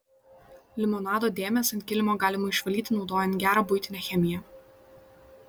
limonado dėmes ant kilimo galima išvalyti naudojant gerą buitinę chemiją